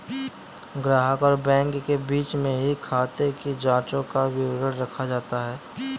ग्राहक और बैंक के बीच में ही खाते की जांचों का विवरण रखा जाता है